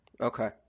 Okay